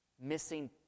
missing